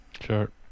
Sure